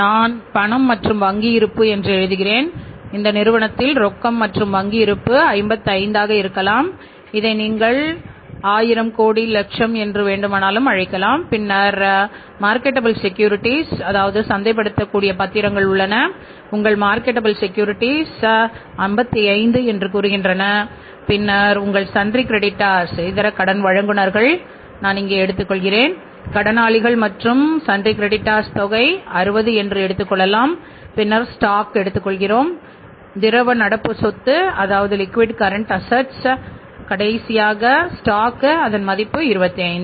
நான் பணம் மற்றும் வங்கி இருப்பு என்று எழுதுகிறேன் அந்த நிறுவனத்தில் ரொக்கம் மற்றும் வங்கி இருப்பு 55 ஆக இருக்கலாம் இதை நீங்கள் 1000 கோடி லட்சம் என்று அழைக்கலாம் பின்னர் மார்கேடேபிள் செக்யூரிடீஸ் எடுத்துக்கொள்கிறோம் திரவ நடப்பு சொத்தில் லீகுய்ட் கரண்ட்அஸெட்ஸ் அதன் மதிப்பு 25